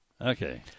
Okay